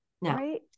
right